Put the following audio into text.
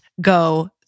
go